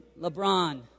LeBron